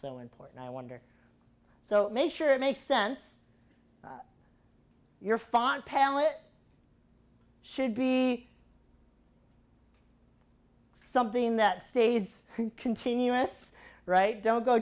so important i wonder so make sure it makes sense your font palette should be something that stays continuous right don't go